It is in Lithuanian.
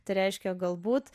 tai reiškia galbūt